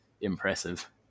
impressive